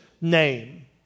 name